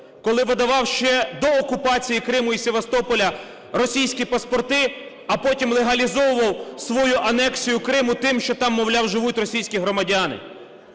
коли видавав ще до окупації Криму і Севастополя російські паспорти, а потім легалізовував свою анексію Криму тим, що там, мовляв, живуть російські громадяни.